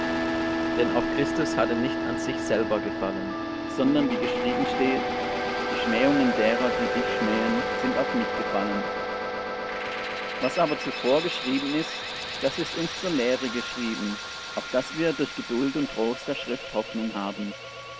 denn auch christus hatte nicht an sich selber gefallen sondern wie geschrieben steht die schmähungen derer die dich schmähen sind auf mich gefallen was aber zuvor geschrieben ist das ist uns zur lehre geschrieben auf daß wir durch geduld und trost der schrift hoffnung haben